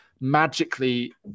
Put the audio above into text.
magically